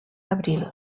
abril